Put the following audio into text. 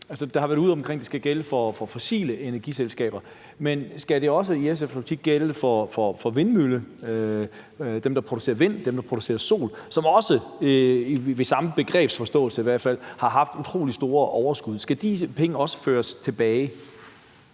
Der har været noget ude omkring, at det skal gælde for fossile energiselskaber, men skal det i SF's optik også gælde for dem, der producerer vindenergi, og dem, der producerer solenergi, som også, i hvert fald med den samme begrebsforståelse, har haft utrolig store overskud? Skal de penge også føres tilbage?